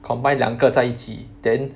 combined 两个在一起 then